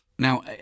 Now